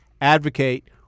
advocate